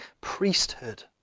priesthood